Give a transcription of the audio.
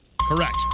Correct